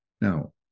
Now